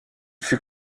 fut